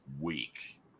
week